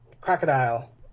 crocodile